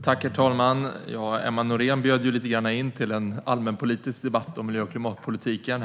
Herr talman! Emma Nohrén bjöd ju lite in till en allmänpolitisk debatt om miljö och klimatpolitiken.